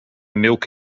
milk